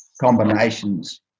combinations